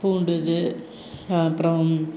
பூண்டு இது அப்புறம்